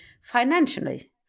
financially